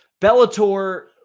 Bellator